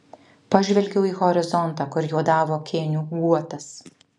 pažvelgiau į horizontą kur juodavo kėnių guotas